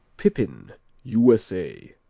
pippen u s a.